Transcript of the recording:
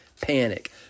panic